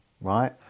right